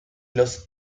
los